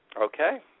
Okay